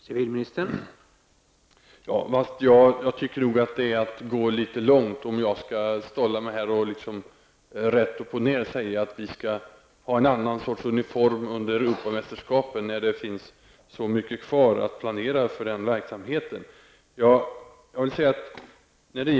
Herr talman! Ja, men jag tycker nog att jag skulle gå litet väl långt om jag stollade mig här genom att rätt upp och ner säga att poliserna skall bära en annan uniform under Europamästerskapen, när det finns så mycket kvar att planera för till det tillfället.